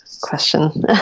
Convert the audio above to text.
question